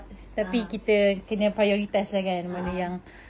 (uh huh) (uh huh)